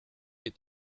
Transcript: est